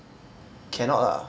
cannot lah